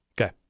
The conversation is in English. Okay